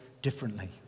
differently